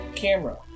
camera